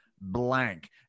Blank